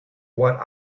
what